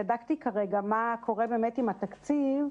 בדקתי כרגע מה קורה עם התקציב.